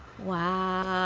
wow.